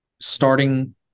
starting